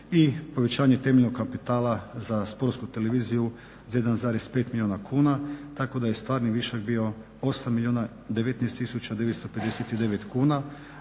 i povećanje temeljnog kapitala za Sportsku televiziju za 1,5 milijuna kuna. Tako da je stvarni višak bio 8 milijuna 19 tisuća